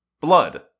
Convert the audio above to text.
Blood